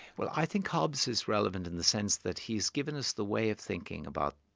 well, i think hobbes is relevant in the sense that he's given us the way of thinking about,